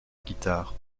guitare